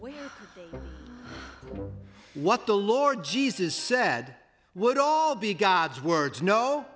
me what the lord jesus said would all be god's words no